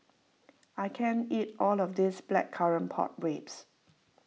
I can't eat all of this Blackcurrant Pork Ribs